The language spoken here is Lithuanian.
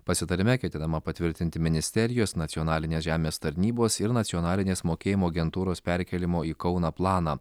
pasitarime ketinama patvirtinti ministerijos nacionalinės žemės tarnybos ir nacionalinės mokėjimo agentūros perkėlimo į kauną planą